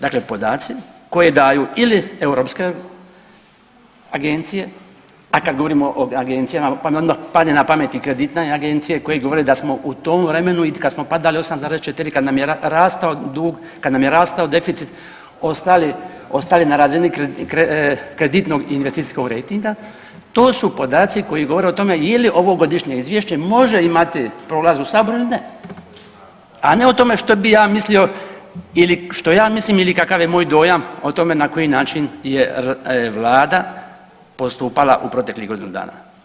Dakle podaci koje daju ili europske agencije, a kada govorimo o agencijama pa mi odmah padne na pamet i kreditne agencije koje govore da smo u tom vremenu i kada smo padali 8,4 kada nam je rastao dug, kada nam je rastao deficit ostali na razini kreditnog investicijskog rejtinga, to su podaci koji govore o tome je li ovo Godišnje izvješće može imati prolaz u Saboru ili ne, a ne o tome što bi ja mislio ili što ja mislim ili kakav je moj dojam o tome na koji način je Vlada postupala u proteklih godinu dana.